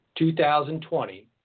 2020